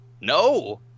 no